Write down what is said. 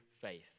faith